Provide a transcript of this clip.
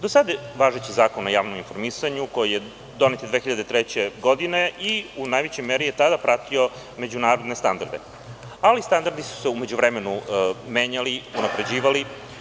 Do sada važeći Zakon o javnom informisanju donet je 2003. godine i u najvećoj meri je tada pratio međunarodne standarde, ali standardi su se u međuvremenu menjali, unapređivali.